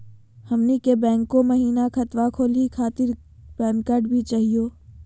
हमनी के बैंको महिना खतवा खोलही खातीर पैन कार्ड भी चाहियो?